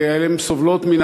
והן סובלות,